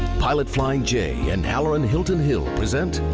pilot flying j and hallerin hilton hill present.